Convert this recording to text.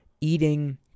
eating